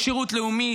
שירות לאומי.